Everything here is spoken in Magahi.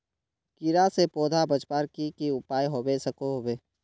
कीड़ा से पौधा बचवार की की उपाय होबे सकोहो होबे?